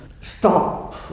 stop